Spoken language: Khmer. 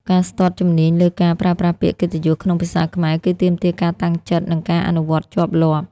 ការស្ទាត់ជំនាញលើការប្រើប្រាស់ពាក្យកិត្តិយសក្នុងភាសាខ្មែរ គឺទាមទារការតាំងចិត្ត និងការអនុវត្តជាប់លាប់។